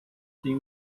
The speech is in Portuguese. tenho